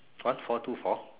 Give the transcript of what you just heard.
one four two four